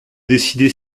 décider